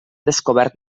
descobert